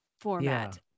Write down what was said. format